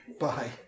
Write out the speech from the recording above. Bye